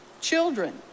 Children